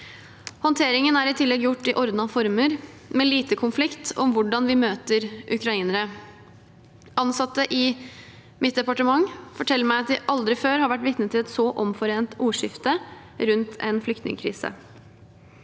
Håndteringen er i tillegg gjort i ordnede former med lite konflikt om hvordan vi møter ukrainere. Ansatte i mitt departement forteller meg at de aldri før har vært vitne til et så omforent ordskifte rundt en flyktningkrise.